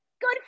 good